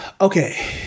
okay